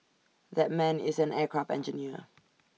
that man is an aircraft engineer